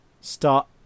start